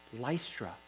Lystra